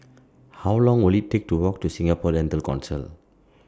How Long Will IT Take to Walk to Singapore Dental Council